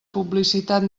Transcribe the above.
publicitat